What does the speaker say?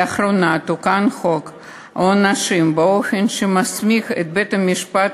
לאחרונה תוקן חוק העונשין באופן שמסמיך את בית-המשפט